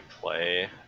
play